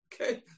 Okay